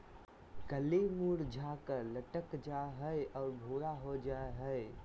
कली मुरझाकर लटक जा हइ और भूरा हो जा हइ